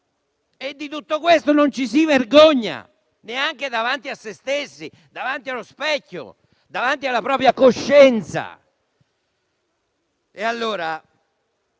E di tutto questo non ci si vergogna, neanche davanti a se stessi, davanti allo specchio, davanti alla propria coscienza.